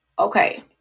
Okay